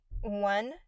one